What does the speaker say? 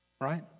right